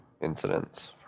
incidents